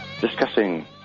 discussing